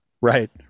Right